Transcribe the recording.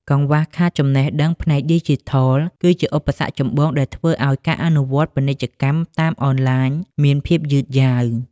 កង្វះខាតចំណេះដឹងផ្នែកឌីជីថល គឺជាឧបសគ្គចម្បងដែលធ្វើឱ្យការអនុវត្តពាណិជ្ជកម្មតាមអនឡាញមានភាពយឺតយ៉ាវ។